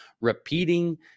repeating